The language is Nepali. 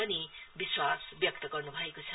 भनी विश्वास व्यक्त गर्न् भएको छ